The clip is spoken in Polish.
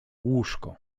łóżko